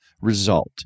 result